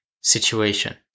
situation